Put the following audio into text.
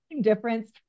difference